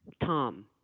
Tom